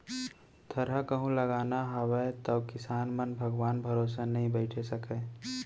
थरहा कहूं लगाना हावय तौ किसान मन भगवान भरोसा नइ बइठे सकयँ